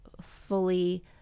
fully